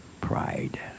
pride